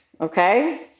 okay